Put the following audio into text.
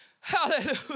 hallelujah